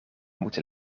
moeten